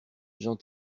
jean